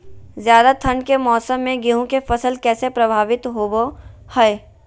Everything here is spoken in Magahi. ज्यादा ठंड के मौसम में गेहूं के फसल कैसे प्रभावित होबो हय?